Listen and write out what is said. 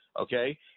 Okay